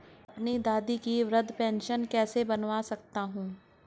मैं अपनी दादी की वृद्ध पेंशन कैसे बनवा सकता हूँ?